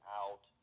out